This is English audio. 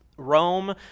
Rome